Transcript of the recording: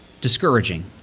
discouraging